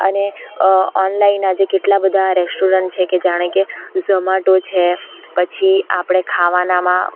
અને ઓનલાઈન આજે કેટલાં બધાં રેસ્ટોરન્ટ છે કે જાણે કે ઝોમાટો છે પછી આપણે ખાવાનામાં